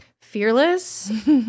fearless